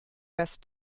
best